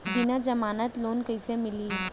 बिना जमानत लोन कइसे मिलही?